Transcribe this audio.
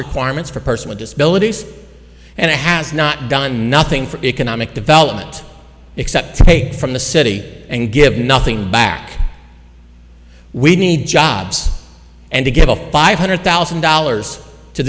requirements for a person with disabilities and it has not done nothing for economic development except from the city and give nothing back we need jobs and to give all five hundred thousand dollars to